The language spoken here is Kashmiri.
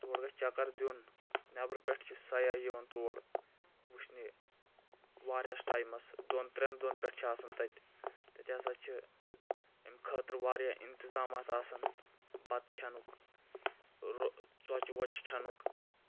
تور گژھِ چکر دِیُن نٮ۪برِ پٮ۪ٹھ چھِ سیاح یِوان تور وٕچھنہِ واریہس ٹایمس دۄن ترٛٮ۪ن دۄہن پٮ۪ٹھ چھِ آسان تتہِ تتہِ ہسا چھِ امہِ خٲطرٕ واریاہ انتظامات آسان بتہٕ کھٮ۪نُک رو ژۄچہِ وۄچہِ کھٮ۪نُک